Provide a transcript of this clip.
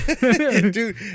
dude